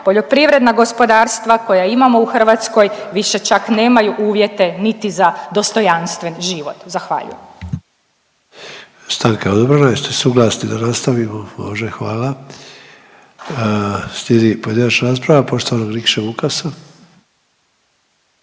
poljoprivredna gospodarstva koja imamo u Hrvatskoj više čak nemaju uvjete niti za dostojanstven život. Zahvaljujem. **Sanader, Ante (HDZ)** Stanka je odobrena. Jeste suglasni da nastavimo? Može, hvala. Slijedi pojedinačna rasprava poštovanog Nikše Vukasa.